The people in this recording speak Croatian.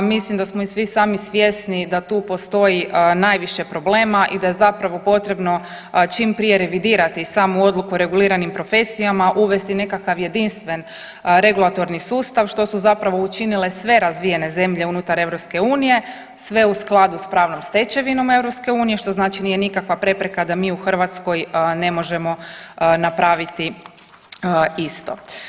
Mislim da smo i svi sami svjesni da tu postoji najviše problema i da je zapravo potrebno čim prije revidirati samu odluku reguliranim profesijama, uvesti nekakav jedinstven regulatorni sustav, što su zapravo učinile sve razvijene zemlje unutar EU, sve u skladu s pravnom stečevinom EU, što znači nije nikakva prepreka da mi u Hrvatskoj ne možemo napraviti isto.